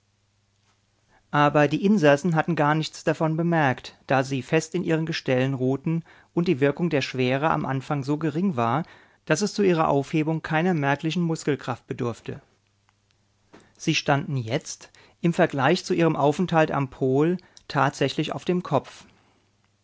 aber die insassen hatten gar nichts davon bemerkt da sie fest in ihren gestellen ruhten und die wirkung der schwere im anfang so gering war daß es zu ihrer aufhebung keiner merklichen muskelkraft bedurfte sie standen jetzt im vergleich zu ihrem aufenthalt am pol tatsächlich auf dem kopf